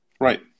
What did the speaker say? Right